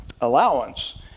allowance